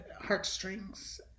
heartstrings